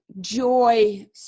joy